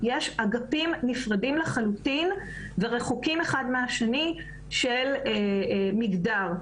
יש אגפים נפרדים לחלוטין ורחוקים אחד מהשני של מגדר.